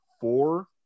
four